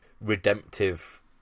redemptive